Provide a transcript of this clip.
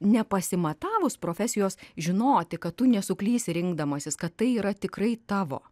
nepasimatavus profesijos žinoti kad tu nesuklysi rinkdamasis kad tai yra tikrai tavo